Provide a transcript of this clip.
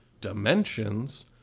dimensions